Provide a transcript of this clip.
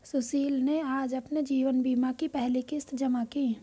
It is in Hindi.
सुशील ने आज अपने जीवन बीमा की पहली किश्त जमा की